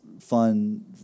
fun